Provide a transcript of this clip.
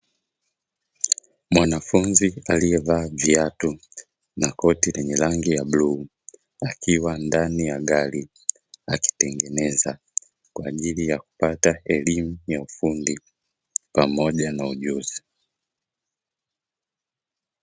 Mwanafunzi aliyevaa viatu na koti la rangi ya bluu, akiwa ndani ya gari akitengeneza, kwa ajili ya kupata elimu ya ufundi pamoja na ujuzi.